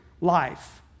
life